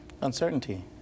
Uncertainty